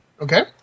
Okay